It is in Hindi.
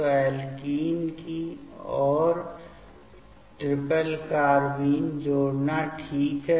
तो ऐल्कीन की ओर ट्रिपल कार्बाइन जोड़ना ठीक है